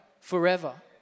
forever